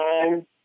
time